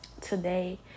today